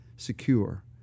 Secure